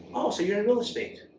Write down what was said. oh, so you're in real estate.